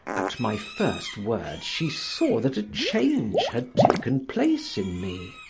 at my first word she saw that a change had taken place in me.